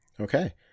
Okay